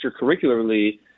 extracurricularly